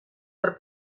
per